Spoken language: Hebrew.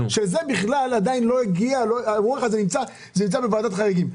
שהאירוע הזה נמצא בוועדת חריגים.